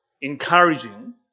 encouraging